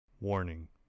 Warning